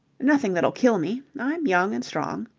nothing that'll kill me. i'm young and strong.